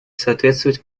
соответствовать